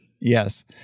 Yes